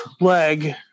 leg